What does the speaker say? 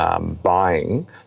buying